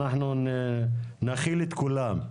אנחנו נכיל את כולם.